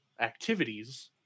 activities